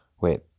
Wait